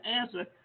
answer